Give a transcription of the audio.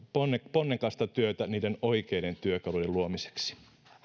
ponnekasta työtä niiden oikeiden työkalujen luomiseksi